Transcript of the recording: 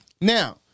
Now